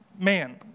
man